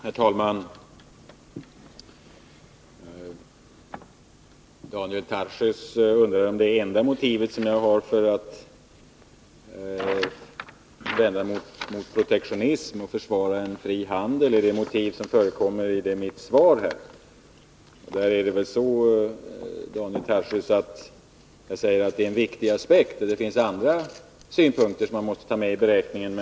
Herr talman! Daniel Tarschys undrade om det enda motiv jag har för att vända mig mot protektionism och försvara en fri handel är det motiv som förekommer i mitt svar. Det i svaret angivna motivet är en viktig aspekt, men det finns också andra synpunkter som man måste ta med i beräkningen.